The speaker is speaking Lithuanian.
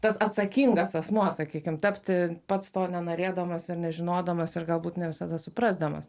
tas atsakingas asmuo sakykim tapti pats to nenorėdamas ar nežinodamas ir galbūt ne visada suprasdamas